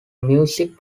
music